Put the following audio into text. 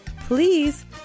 please